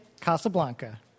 Casablanca